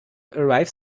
arrive